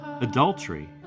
adultery